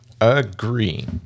Agree